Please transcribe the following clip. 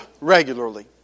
regularly